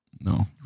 No